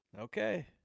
Okay